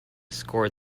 scored